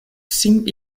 sim